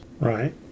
Right